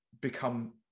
become